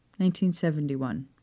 1971